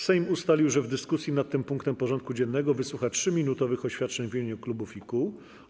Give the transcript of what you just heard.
Sejm ustalił, że w dyskusji nad tym punktem porządku dziennego wysłucha 3-minutowych oświadczeń w imieniu klubów i kół.